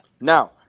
Now